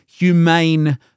Humane